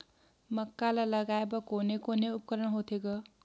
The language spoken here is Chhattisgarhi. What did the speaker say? मक्का ला लगाय बर कोने कोने उपकरण होथे ग?